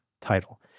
title